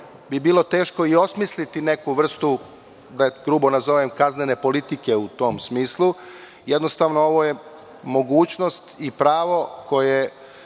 bi bilo teško i osmisliti neku vrstu, da je grubo nazovem, kaznene politike u tom smislu. Jednostavno, ovo je mogućnost i pravo koje